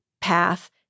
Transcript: path